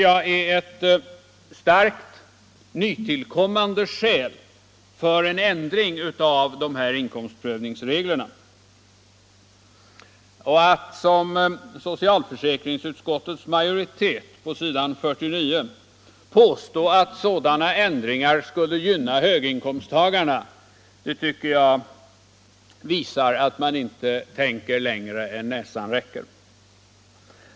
Detta är ett starkt, nytillkommande skäl för en ändring av Nr 84 inkomstprövningsreglerna. Att som socialförsäkringsutskottets majoritet Tisdagen den på s. 49 i betänkandet påstå att en sådan ändring skulle gynna högre 20 maj 1975 inkomsttagare tycker jag visar att utskottet inte tänker längre än näsan räcker.